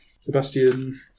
Sebastian